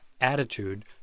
attitude